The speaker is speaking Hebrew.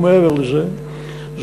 ומעבר לזה,